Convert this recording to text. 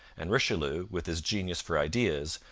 and richelieu, with his genius for ideas,